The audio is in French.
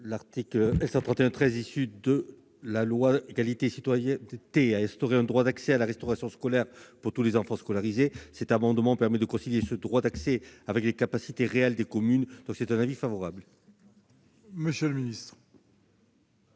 L'article L. 131-13 issu de la loi Égalité et citoyenneté a instauré un droit d'accès à la restauration scolaire pour tous les enfants scolarisés. Cet amendement permet de concilier ce droit d'accès avec les capacités réelles des communes. Avis favorable. Quel est